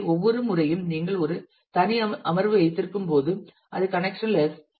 எனவே ஒவ்வொரு முறையும் நீங்கள் ஒரு தனி அமர்வு வைத்திருக்கும்போது அது கனெக்சன்லெஸ்